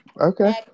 Okay